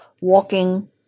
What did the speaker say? walking